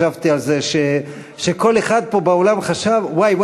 חשבתי על זה שכל אחד פה באולם חשב: וואי,